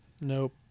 nope